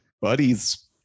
buddies